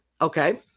Okay